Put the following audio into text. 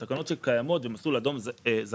תקנות שקיימות זה מסלול אדום לזכאים,